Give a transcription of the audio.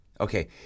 Okay